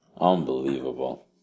Unbelievable